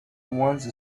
once